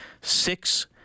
six